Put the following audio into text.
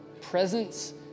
presence